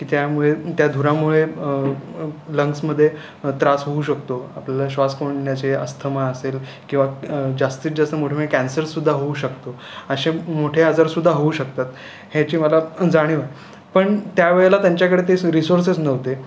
की त्यामुळे त्या धुरामुळे लंक्समध्ये त्रास होऊ शकतो आपला श्वास कोंडण्याचे अस्थमा असेल किंवा जास्तीत जास्त मोठं म्हणजे कॅन्सरसुद्दा होऊ शकतो असे मोठे आजारसुद्धा होऊ शकतात ह्याची मला जाणीव आहे पण त्यावेळेला त्यांच्याकडे तेस् रिसोर्सेस नव्हते